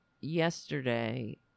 yesterday